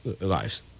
lives